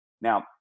Now